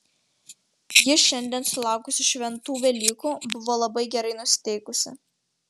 ji šiandien sulaukusi šventų velykų buvo labai gerai nusiteikusi